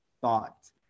thought